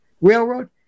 Railroad